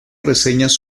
reseñas